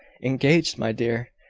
engaged, my dear!